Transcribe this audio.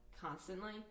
constantly